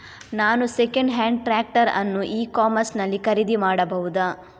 ನಾನು second hand tractor ಅನ್ನು e commerce ನಲ್ಲಿ ಖರೀದಿ ಮಾಡಬಹುದಾ?